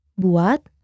buat